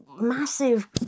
massive